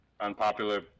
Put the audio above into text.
Unpopular